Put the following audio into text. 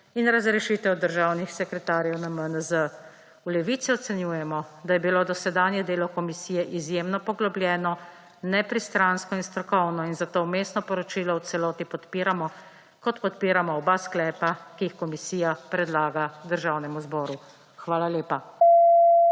in razrešitev državnih sekretarjev na MNZ. V Levici ocenjujemo, da je bilo dosedanje delo komisije izjemno poglobljeno, nepristransko in strokovno. In zato Vmesno poročilo v celoti podpiramo, kot podpiramo oba sklepa, ki ju komisija predlaga Državnemu zboru. Hvala lepa.